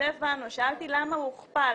שאלתי למה הוכפל.